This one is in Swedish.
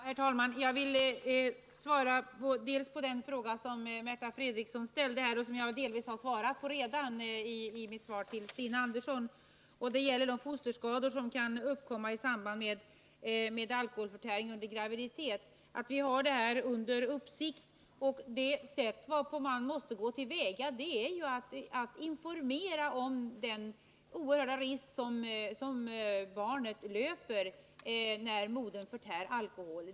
Herr talman! Jag vill först svara på den fråga som Märta Fredrikson ställde och som jag delvis har berört redan i mitt svar till Stina Andersson. Frågan gäller de fosterskador som kan uppkomma i samband med alkoholförtäring under graviditet. Vi har detta problem under uppsikt. Det sätt varpå man måste gå till väga är ju att informera om den oerhörda risk som barnet löper när modern förtär alkohol.